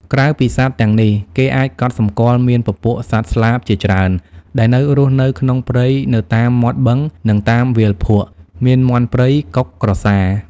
ក្រៅពីសត្វទាំងនេះ គេះអាចកត់សម្គាល់មានពពួកសត្វស្លាបជាច្រើន ដែលនៅរស់នៅក្នុងព្រៃនៅតាមមាត់បឹង នឹងតាមវាលភក់ មានមាន់ព្រៃ កុក ក្រសារ។